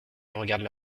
regardent